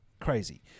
crazy